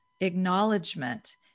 acknowledgement